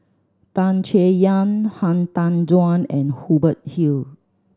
Tan Chay Yan Han Tan Juan and Hubert Hill